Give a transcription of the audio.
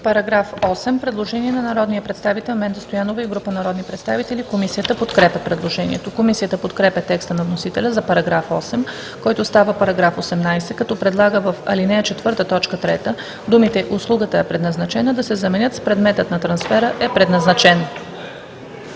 направено предложение от народния представител Менда Стоянова и група народни представители. Комисията подкрепя предложението. Комисията подкрепя текста на вносителя за § 8, който става § 18, като предлага в ал. 4, т. 3 думите „услугата е предназначена“ да се заменят с „предметът на трансфера е предназначен“.